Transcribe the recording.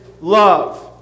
love